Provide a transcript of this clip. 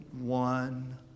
one